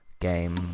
game